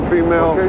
Female